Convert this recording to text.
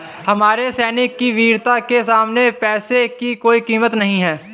हमारे सैनिक की वीरता के सामने पैसे की कोई कीमत नही है